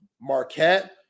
Marquette